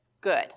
good